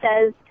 says